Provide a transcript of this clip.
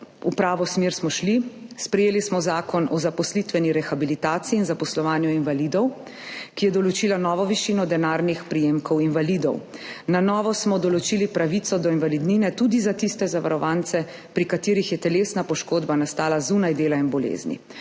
v pravo smer, sprejeli smo Zakon o zaposlitveni rehabilitaciji in zaposlovanju invalidov, ki je določil novo višino denarnih prejemkov invalidov, na novo smo določili pravico do invalidnine tudi za tiste zavarovance, pri katerih je telesna poškodba nastala zunaj dela in bolezni,